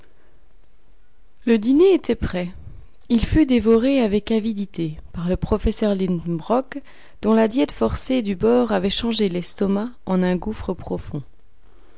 le dîner était prêt il fut dévoré avec avidité par le professeur lidenbrock dont la diète forcée du bord avait changé l'estomac en un gouffre profond